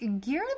gear